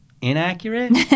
inaccurate